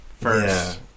First